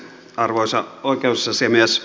arvoisa oikeusasiamies